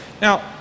Now